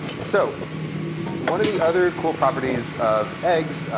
so one of the other cool properties of eggs,